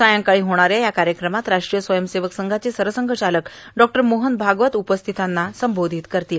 सायंकाळी होणा या या कार्यक्रमात राष्ट्रीय स्वंयसेवक संघाचे सरसंघचालक डॉ मोहन भागवत उपस्थितांना संबोधित करतील